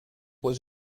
was